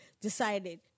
decided